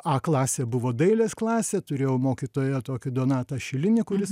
a klasė buvo dailės klasė turėjau mokytoją tokį donatą šilinį kuris